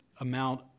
amount